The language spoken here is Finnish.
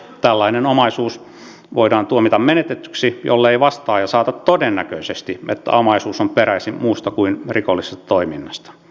tällainen omaisuus voidaan tuomita menetetyksi jollei vastaaja saata todennäköiseksi että omaisuus on peräisin muusta kuin rikollisesta toiminnasta